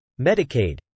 Medicaid